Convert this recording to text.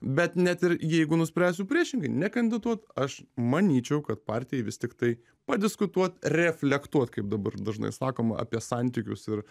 bet net ir jeigu nuspręsiu priešingai nekandidatuot aš manyčiau kad partijai vis tiktai padiskutuot reflektuot kaip dabar dažnai sakoma apie santykius ir